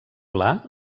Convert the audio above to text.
pla